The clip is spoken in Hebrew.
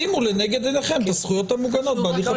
שימו לנגד עיניכם את הזכויות המוגנות בהליך הפלילי.